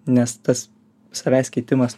nes tas savęs keitimas